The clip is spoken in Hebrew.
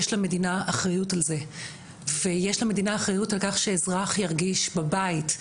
יש למדינה אחריות על זה ויש למדינה אחריות על כך שאזרח ירגיש בבית,